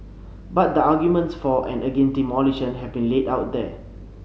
but the arguments for and against demolition have been laid out here